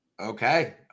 Okay